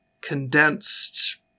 condensed